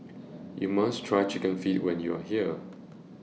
YOU must Try Chicken Feet when YOU Are here